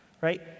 right